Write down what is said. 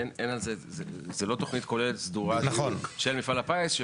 זו לא תוכנית כוללת סדורה של מפעל הפיס.